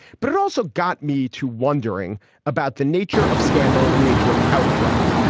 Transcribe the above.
but it also got me to wondering about the nature of scandal and the nature of outcry.